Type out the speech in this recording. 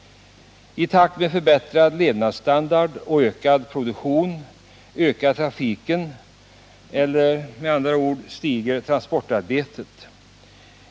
I takt med förbättrad levnadsstandard och ökad produktion ökar trafiken, eller med andra ord stiger transportarbetet.